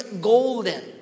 golden